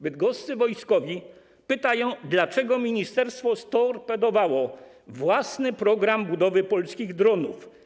Bydgoscy wojskowi pytają, dlaczego ministerstwo storpedowało własny program budowy polskich dronów.